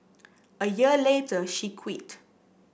a year later she quit